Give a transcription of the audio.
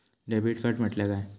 Debit card म्हटल्या काय?